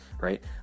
Right